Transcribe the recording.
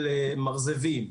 של מרזבים,